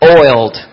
oiled